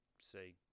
say